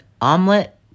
omelet